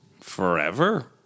forever